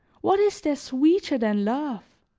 what is there sweeter than love?